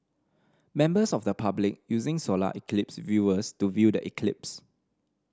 members of the public using solar eclipse viewers to view the eclipse